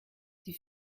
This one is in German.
die